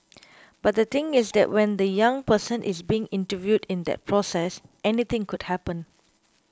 but the thing is that when the young person is being interviewed in that process anything could happen